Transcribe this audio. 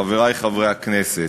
חברי חברי הכנסת,